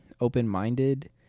open-minded